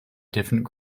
different